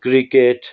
cricket